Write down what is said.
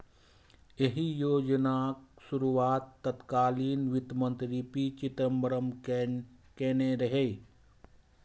एहि योजनाक शुरुआत तत्कालीन वित्त मंत्री पी चिदंबरम केने रहै